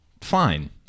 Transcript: Fine